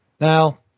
Now